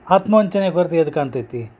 ಆತ್ಮವಂಚನೆ ಬರ್ದಿರದು ಕಾಣ್ತೈತಿ